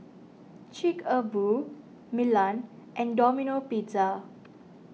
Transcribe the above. Chic A Boo Milan and Domino Pizza